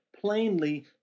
plainly